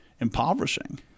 impoverishing